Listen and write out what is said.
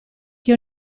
che